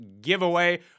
giveaway